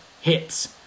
hits